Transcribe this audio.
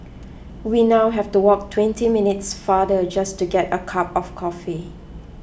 we now have to walk twenty minutes farther just to get a cup of coffee